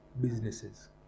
businesses